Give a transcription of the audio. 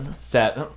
set